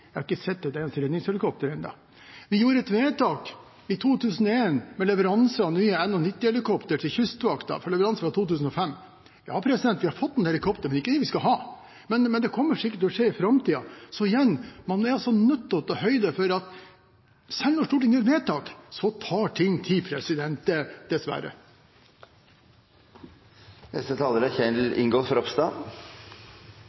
Jeg har ikke sett ett eneste redningshelikopter enda. Vi gjorde et vedtak i 2001 om leveranse av nye NH-90-helikoptre til Kystvakten i 2005. Ja, vi har fått noen helikoptre – ikke dem vi skal ha, men det kommer sikkert til å skje i framtiden. Man er altså nødt til å ta høyde for at selv om Stortinget gjør vedtak, tar ting tid – dessverre.